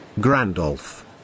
Grandolph